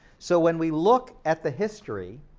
so when we look at the history